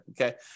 okay